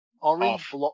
Orange